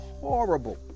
horrible